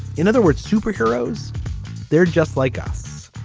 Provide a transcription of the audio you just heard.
in other words superheroes they're just like us.